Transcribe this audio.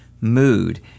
mood